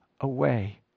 away